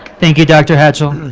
thank you, dr. hatchell.